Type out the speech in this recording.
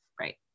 Right